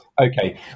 okay